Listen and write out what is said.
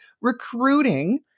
recruiting